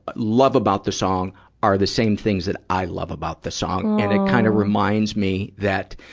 love about the song are the same things that i love about the song. and it kind of reminds me that,